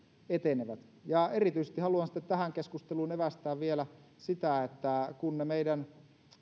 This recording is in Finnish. etenevät ja erityisesti haluan sitten tähän keskusteluun evästää vielä sitä että kun ne meidän